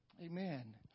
Amen